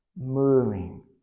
moving